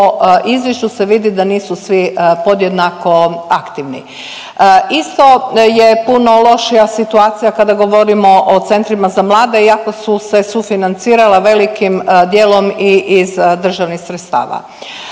izvješću se vidi da nisu svi podjednako aktivni. Isto je puno lošija situacija kada govorimo o centrima za mlade iako su se sufinancirala velikim dijelom i iz državnih sredstava.